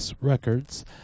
Records